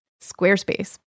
Squarespace